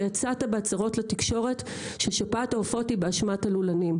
אתה יצאת בהצהרות לתקשורת ששפעת העופות היא באשמת הלולנים,